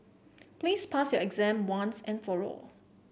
please pass your exam once and for all